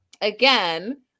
again